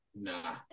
Nah